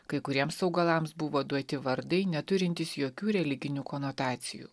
kai kuriems augalams buvo duoti vardai neturintys jokių religinių konotacijų